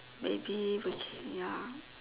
maybe which ya